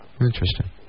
Interesting